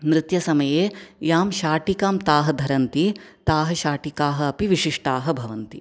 नृत्यसमये यां शाटिकां ताः धरन्ति ताः शाटिकाः अपि विशिष्टाः भवन्ति